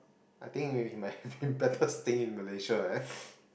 I think you might have been better staying in Malaysia eh